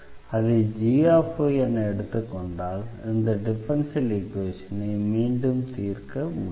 அதை g என எடுத்துக்கொண்டால் இந்த டிஃபரன்ஷியல் ஈக்வேஷனை மீண்டும் தீர்க்க முடியும்